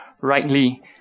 rightly